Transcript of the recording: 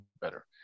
better